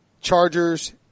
Chargers